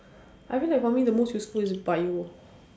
I feel like for me the most useful is bio